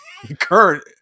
current